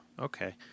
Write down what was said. Okay